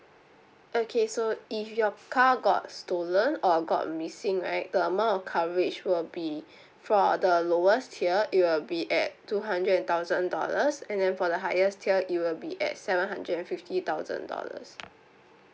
okay so if your car got stolen or got missing right the amount of coverage will be for the lowest tier it will be at two hundred eight thousand dollars and then for the highest tier it will be at seven hundred and fifty thousand dollars